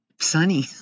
sunny